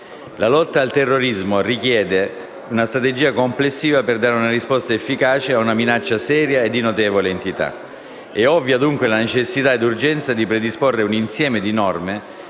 La lotta al terrorismo richiede una strategia complessiva per dare una risposta efficace a una minaccia seria e di notevole entità. Sono ovvie, dunque, la necessità e l'urgenza di predisporre un insieme di norme